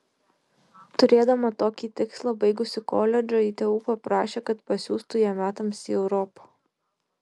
turėdama tokį tikslą baigusi koledžą ji tėvų paprašė kad pasiųstų ją metams į europą